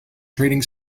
trading